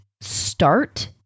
start